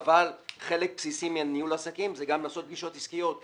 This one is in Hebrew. אבל חלק בסיסי מניהול העסקים זה גם לעשות פגישות עסקיות.